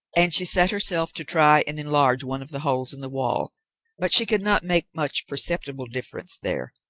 and she set herself to try and enlarge one of the holes in the wall but she could not make much perceptible difference there.